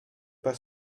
pas